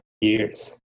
years